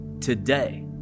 today